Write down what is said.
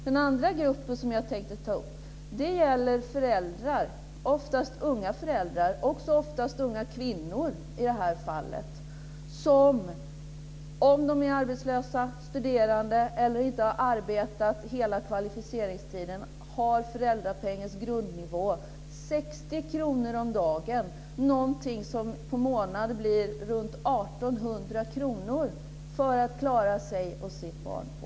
Den andra gruppen som jag vill ta upp är unga föräldrar och unga mammor som, om de är arbetslösa, studerande eller inte har arbetat under hela kvalificeringstiden, har föräldrapenningens grundnivå 60 kr om dagen att leva på. Per månad blir det 1 800 kr att klara sig och sitt barn på.